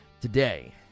today